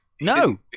no